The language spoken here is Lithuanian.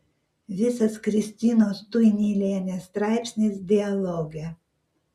visas kristinos tuinylienės straipsnis dialoge